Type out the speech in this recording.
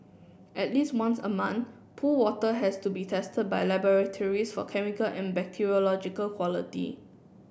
at least once a month pool water has to be tested by laboratories for chemical and bacteriological quality